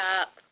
up